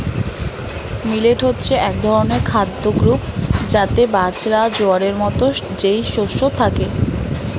millet হচ্ছে এক ধরনের খাদ্য গ্রূপ যাতে বাজরা, জোয়ারের মতো যেই শস্য থাকে